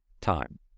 time